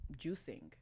juicing